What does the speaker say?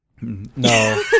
No